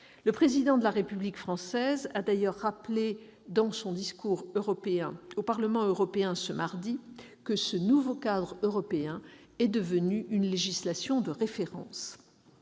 Le Président de la République française a d'ailleurs rappelé, dans son discours au Parlement européen ce mardi, que ce nouveau cadre européen est devenu une législation de référence.